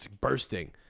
bursting